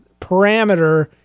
parameter